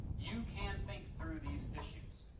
you can think through these issues.